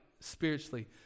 spiritually